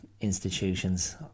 institutions